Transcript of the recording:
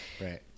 right